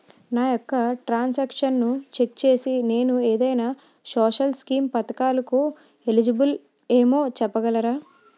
నా యెక్క ట్రాన్స్ ఆక్షన్లను చెక్ చేసి నేను ఏదైనా సోషల్ స్కీం పథకాలు కు ఎలిజిబుల్ ఏమో చెప్పగలరా?